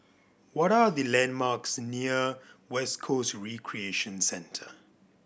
what are the landmarks near West Coast Recreation Centre